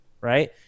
right